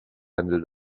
ended